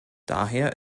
daher